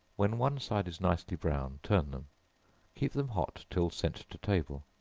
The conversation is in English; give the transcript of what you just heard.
when one side is nicely brown, turn them keep them hot till sent to table,